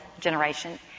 generation